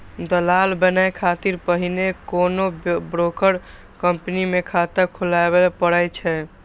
दलाल बनै खातिर पहिने कोनो ब्रोकर कंपनी मे खाता खोलबय पड़ै छै